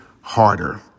Harder